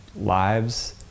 lives